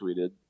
tweeted